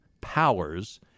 powers